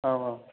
औ औ